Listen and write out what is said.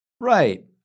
Right